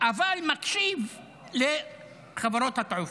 אבל מקשיב לחברות התעופה.